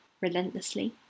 relentlessly